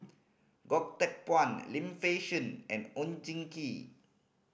Goh Teck Phuan Lim Fei Shen and Oon Jin Gee